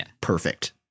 perfect